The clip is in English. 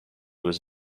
was